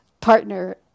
partner